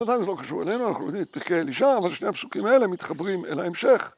בנתיים זה לא קשור אלינו, אנחנו לומדים את פרקי אלישע, אבל שני הפסוקים האלה מתחברים אל ההמשך.